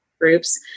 groups